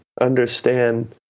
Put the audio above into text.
understand